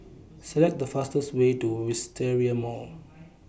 Select The fastest Way to Wisteria Mall